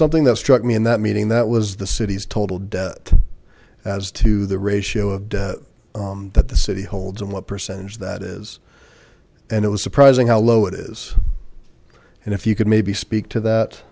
something that struck me in that meeting that was the city's total debt as to the ratio of debt that the city holds and what percentage that is and it was surprising how low it is and if you could maybe speak to that